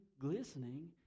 glistening